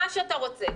מה שאתה רוצה.